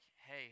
hey